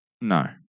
No